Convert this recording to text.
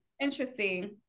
interesting